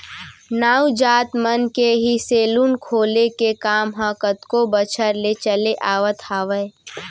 नाऊ जात मन के ही सेलून खोले के काम ह कतको बछर ले चले आवत हावय